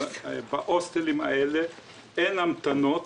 אבל בהוסטלים האלה אין המתנות,